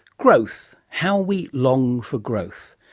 growth how we long for growth.